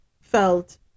felt